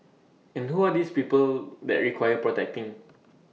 and who are these people that require protecting